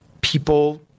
people